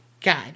God